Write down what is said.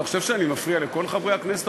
אתה חושב שאני מפריע לכל חברי הכנסת,